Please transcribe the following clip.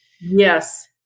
Yes